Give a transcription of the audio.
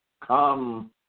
come